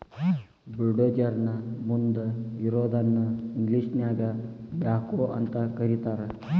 bulldozer ನ ಮುಂದ್ ಇರೋದನ್ನ ಇಂಗ್ಲೇಷನ್ಯಾಗ ಬ್ಯಾಕ್ಹೊ ಅಂತ ಕರಿತಾರ್